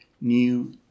new